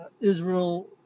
Israel